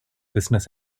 business